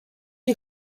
est